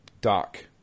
Doc